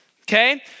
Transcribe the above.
Okay